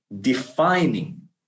defining